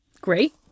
Great